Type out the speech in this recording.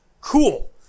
cool